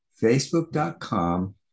facebook.com